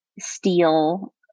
steel